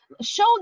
show